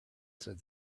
said